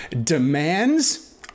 demands